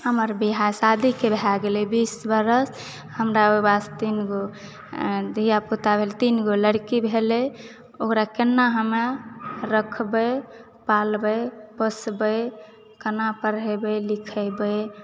हमरा बियाह शादीके भए गेलय बीस बरस हमरा विवाहसँ तीनगो धियापुता भेलय तीनगो लड़की भेलय ओकरा केना हम रखबै पालबै पोसबै केना पढ़ेबै लिखेबै